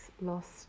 lost